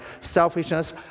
selfishness